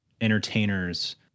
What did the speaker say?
entertainers